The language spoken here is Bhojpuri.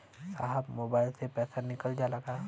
साहब मोबाइल से पैसा निकल जाला का?